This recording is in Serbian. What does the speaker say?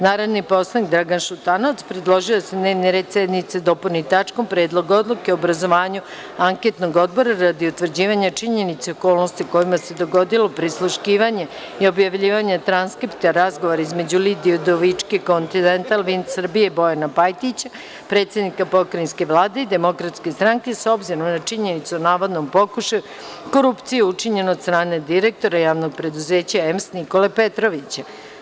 Narodni poslanik Dragan Šutanovac predložio je da se dnevni red sednice dopuni tačkom – Predlog odluke o obrazovanju anketnog odbora radi utvrđivanja činjenica i okolnosti u kojima se dogodilo prisluškivanje i objavljivanje transkripta razgovora između Lidije Udovički, „Kontitental vind Srbija“ i Bojana Pajtića, predsednika pokrajinske Vlade i Demokratske stranke, s obzirom na činjenicu o navodnom pokušaju korupcije učinjenoj od strane direktora Javnog preduzeća EMS Nikole Petrovića.